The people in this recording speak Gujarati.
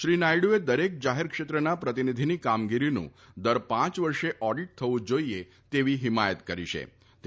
શ્રી નાયડુએ દરેક જાહેરક્ષેત્રના પ્રતિનિધિની કામગીરીનું દર પાંચ વર્ષે ઓડિટ થવું જાઈએ તેવી હિમાયત કરી ફતી